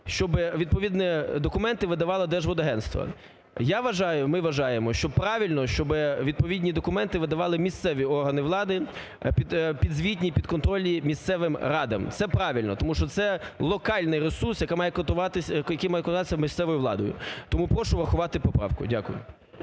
щоби відповідні документи видавали Держводагентство. Я вважаю, ми вважаємо, що правильно, щоби відповідні документи видавали місцеві органи влади, підзвітні, підконтрольні місцевим радам. Це правильно, тому що це локальний ресурс, яка має квотуватись… який має квотуватись місцевою владою. Тому прошу врахувати поправку. Дякую.